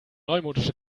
neumodische